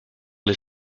les